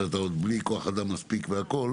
כשאתה עוד בלי כוח-אדם מספיק וכו',